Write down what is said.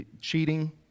cheating